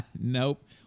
Nope